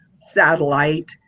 satellite